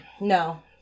no